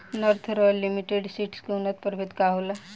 North Royal Limited Seeds के उन्नत प्रभेद का होला?